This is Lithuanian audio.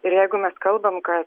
ir jeigu mes kalbam kad